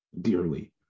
dearly